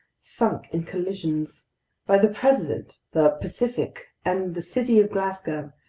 sunk in collisions by the president, the pacific, and the city of glasgow,